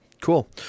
Cool